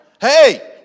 Hey